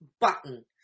button